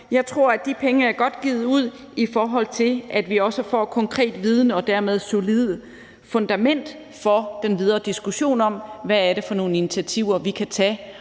Jeg tror, at de penge er givet godt ud, i forhold til at vi også får konkret viden og dermed et solidt fundament for den videre diskussion om, hvad det er for nogle initiativer, vi kan tage,